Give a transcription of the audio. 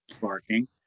barking